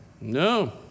No